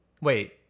Wait